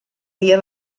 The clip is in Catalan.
dia